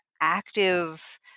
active